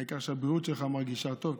העיקר שהבריאות שלך טובה,